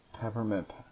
Peppermint